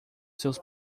seus